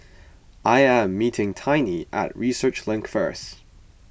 I am meeting Tiny at Research Link first